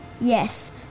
Yes